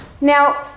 Now